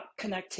connectivity